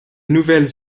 nouvelles